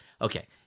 Okay